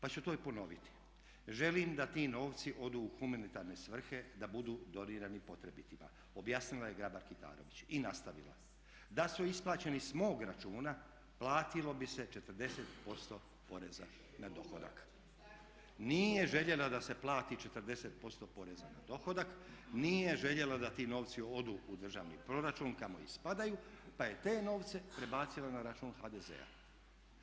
Pa ću to i ponoviti: "Želim da ti novci odu u humanitarne svrhe, da budu donirani potrebitima" objasnila je Grabar-Kitarović i nastavila: "Da su isplaćeni s mog računa platilo bi se 40% poreza na dohodak." Nije željela da se plati 40% poreza na dohodak, nije željela da ti novci odu u državni proračun kamo i spadaju pa je te novce prebacila na račun HDZ-a.